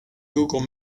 google